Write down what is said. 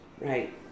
Right